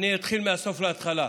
אני אתחיל מהסוף להתחלה.